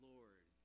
Lord